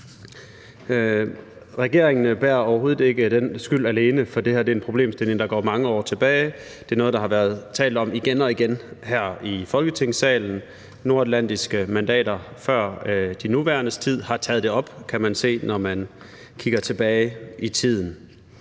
Regeringen bærer overhovedet ikke den skyld alene, for det her er en problemstilling, der går mange år tilbage. Det er noget, der har været talt om igen og igen her i Folketingssalen. Nordatlantiske mandater, før de nuværende, har taget det op, kan man se, når man kigger tilbage i tiden.